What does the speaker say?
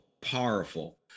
powerful